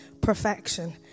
perfection